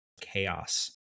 chaos